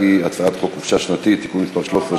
ההצעה להעביר את הצעת חוק חופשה שנתית (תיקון מס' 13)